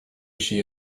she